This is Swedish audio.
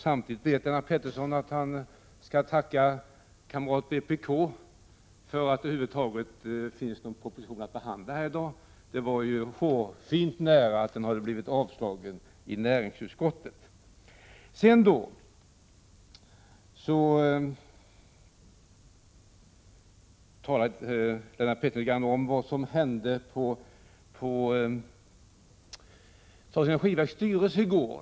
Samtidigt vet han att han skall tacka kamraterna från vpk för att det över huvud taget finns någon proposition att behandla i dag. Det var hårfint nära att den blev avstyrkt i näringsutskottet. Sedan talar Lennart Pettersson om vad som hände i statens energiverks styrelse i går.